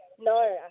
No